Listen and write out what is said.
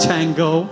Tango